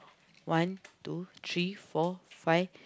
one two three four five